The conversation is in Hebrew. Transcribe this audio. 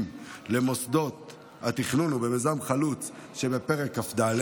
למוסדות התכנון ובמיזם חלוץ שבפרק כ"ד,